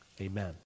Amen